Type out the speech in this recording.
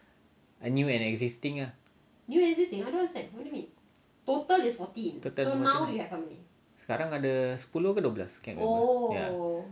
err new and existing ah sekarang ada sepuluh ke dua belas